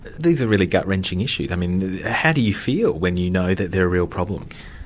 these are really gut-wrenching issues. i mean how do you feel when you know that there are real problems?